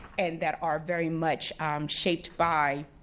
and that are very much shaped by